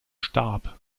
starb